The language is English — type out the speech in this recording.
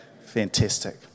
Fantastic